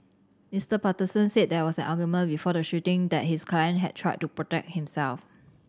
Mister Patterson said there was an argument before the shooting and that his client had tried to protect himself